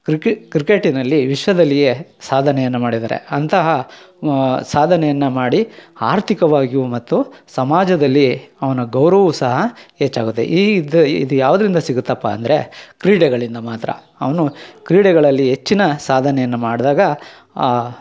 ಕ್ರಿಕೇ ಕ್ರಿಕೇಟಿನಲ್ಲಿ ವಿಶ್ವದಲ್ಲಿಯೇ ಸಾಧನೆಯನ್ನ ಮಾಡಿದಾರೆ ಅಂತಹ ಸಾಧನೆಯನ್ನ ಮಾಡಿ ಆರ್ಥಿಕವಾಗಿಯೂ ಮತ್ತು ಸಮಾಜದಲ್ಲಿ ಅವನ ಗೌರವವು ಸಹ ಹೆಚ್ಚಾಗುತ್ತೆ ಈ ಇದು ಇದು ಯಾವುದ್ರಿಂದ ಸಿಗತ್ತಪ್ಪ ಅಂದರೆ ಕ್ರೀಡೆಗಳಿಂದ ಮಾತ್ರ ಅವನು ಕ್ರೀಡೆಗಳಲ್ಲಿ ಹೆಚ್ಚಿನ ಸಾಧನೆಯನ್ನ ಮಾಡಿದಾಗ ಆ